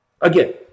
again